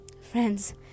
friends